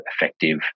effective